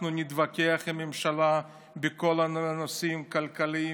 אנחנו נתווכח עם הממשלה בכל הנושאים: כלכליים,